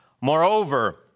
Moreover